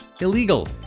illegal